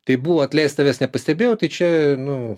tai buvo atleisk tavęs nepastebėja tai čia nu